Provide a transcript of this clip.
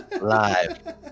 live